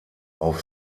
auf